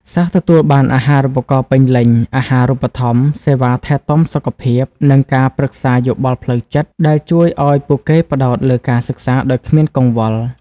សិស្សទទួលបាន អាហារូបករណ៍ពេញលេញ អាហារូបត្ថម្ភ សេវាថែទាំសុខភាព និងការប្រឹក្សាយោបល់ផ្លូវចិត្ត ដែលជួយឱ្យពួកគេផ្តោតលើការសិក្សាដោយគ្មានកង្វល់។